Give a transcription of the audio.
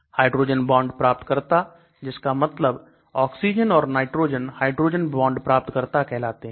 hydrogen bond प्राप्तकर्ता जिसका मतलब ऑक्सीजन और नाइट्रोजन हाइड्रोजन बांड प्राप्तकर्ता कहलाते हैं